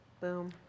boom